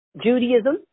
Judaism